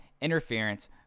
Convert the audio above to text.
interference